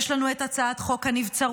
יש לנו את הצעת חוק הנבצרות,